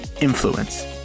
influence